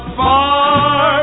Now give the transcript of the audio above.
far